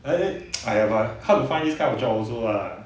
like eh !aiya! but how to find these kind of job also lah